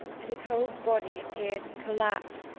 and his whole body appears in collapse.